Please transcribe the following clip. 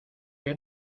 qué